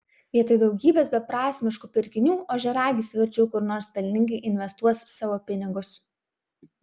vietoj daugybės beprasmiškų pirkinių ožiaragis verčiau kur nors pelningai investuos savo pinigus